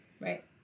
Right